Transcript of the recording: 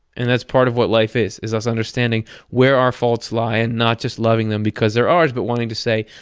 and that's part of what life is, is us understanding where our faults lie and not just loving them because they're ours but wanting to say,